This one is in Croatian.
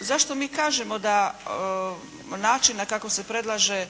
zašto mi kažemo da način na kako se predlaže